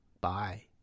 Bye